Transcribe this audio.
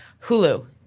Hulu